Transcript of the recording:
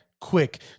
quick